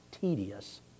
tedious